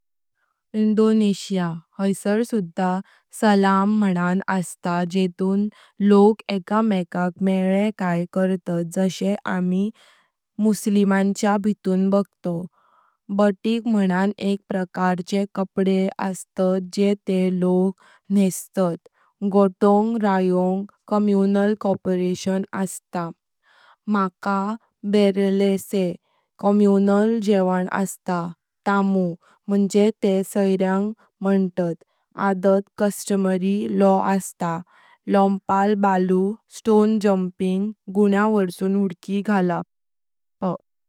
इंडोनेशिया। हैसर सुधा "सलाम" मनान अस्तां जेतुं लोक एका मेका मेळयत काय कर्तात जशें आमी मुसलमानच्या भीतूं बग्तांव, बतिक मनान एक प्रकाराचे कपडे अस्तात जें ते लोक नेस्तात, "गोटोंग रॉयोंग" (सामुदायिक सहकार्य अस्तां), "मकान बर्लेसे" (सामुदायिक जेवण अस्तां) "टामु" (म्हणजे ते सायर्यंग मन्तात) "अदात" (परंपरागत नियम असतात) "लोम्पट बातू" (दगड उडप चालपटया व्यापुन शोध काढाप)।